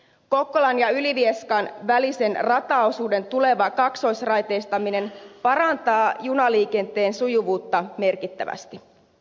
kokkolan ja ylivieskan välisen rataosuuden tuleva kaksoisraiteistaminen parantaa junaliikenteen sujuvuutta merkittävästi